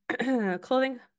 clothing